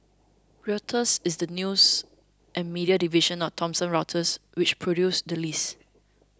Reuters is the news and media division of Thomson Reuters which produced the list